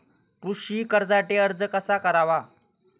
कृषी कर्जासाठी अर्ज कसा करावा?